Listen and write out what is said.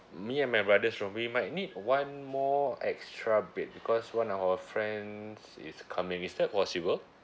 me and my brother's room we might need one more extra bed because one of our friends is coming is that possible